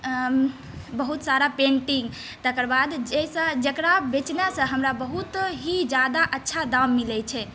बहुत सारा पेन्टिंग तकर बाद जाहिसँ जकरा बेचनासँ हमरा बहुत ही जादा अच्छा दाम मिलै छै